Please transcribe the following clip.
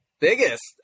biggest